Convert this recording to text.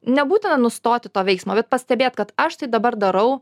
nebūtina nustoti to veiksmo bet pastebėt kad aš tai dabar darau